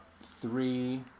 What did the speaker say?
three